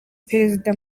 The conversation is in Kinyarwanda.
perezida